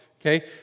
Okay